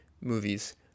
movies